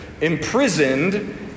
imprisoned